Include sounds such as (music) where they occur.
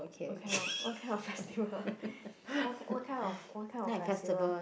what kind of what kind of festival (laughs) what what kind of what kind of festival